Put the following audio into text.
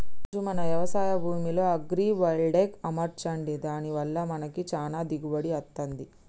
రాజు మన యవశాయ భూమిలో అగ్రైవల్టెక్ అమర్చండి దాని వల్ల మనకి చానా దిగుబడి అత్తంది